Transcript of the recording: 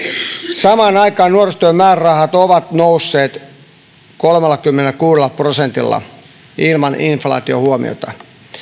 samaan aikaan nuorisotyön määrärahat ovat nousseet kolmellakymmenelläkuudella prosentilla ilman inflaatiohuomiota